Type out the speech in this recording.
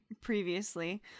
previously